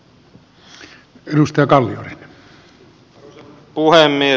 arvoisa puhemies